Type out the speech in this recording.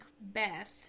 Beth